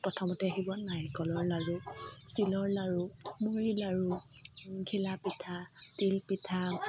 প্ৰথমতে আহিব নাৰিকলৰ লাডু তিলৰ লাডু মুড়িৰ লাডু ঘিলা পিঠা তিল পিঠা